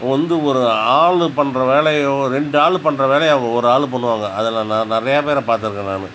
வந்து ஒரு ஆள் பண்ணுற வேலையை ரெண்டு ஆள் பண்ணுற வேலையை அவங்க ஒரு ஆள் பண்ணுவாங்க அதெல்லாம் நான் நிறையா பேரை பார்த்துருக்கேன் நான்